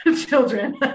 children